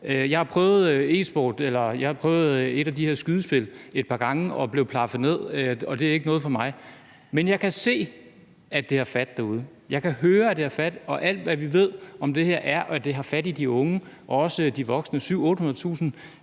Jeg har prøvet et af de her skydespil et par gange og er blevet plaffet ned, og det er ikke noget for mig. Men jeg kan se og høre, at det har fat derude – alt, hvad vi ved om det her, er, at det har fat i de unge og også i de voksne. 700.000-800.000